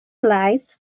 lies